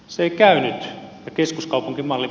se ei käynyt tämä keskuskaupunkimalli